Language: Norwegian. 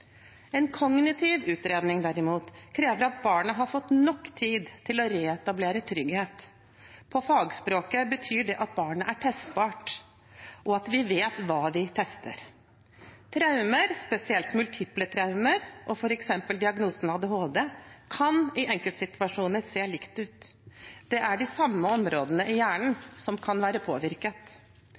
En kognitiv utredning, derimot, krever at barnet har fått nok tid til å reetablere trygghet – på fagspråket betyr det at barnet er testbart – og at vi vet hva vi tester. Traumer, spesielt multiple traumer og f.eks. diagnosen ADHD, kan i enkeltsituasjoner se likt ut. Det er de samme områdene i hjernen som kan være påvirket.